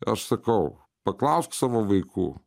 aš sakau paklausk savo vaikų